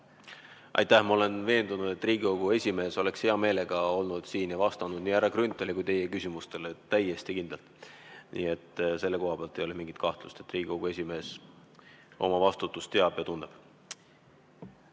Aitäh! Ma olen veendunud, et Riigikogu esimees oleks hea meelega olnud siin ja vastanud nii härra Grünthali kui ka teie küsimustele. Täiesti kindlalt. Nii et selle koha pealt ei ole mingit kahtlust, Riigikogu esimees oma vastutust teab ja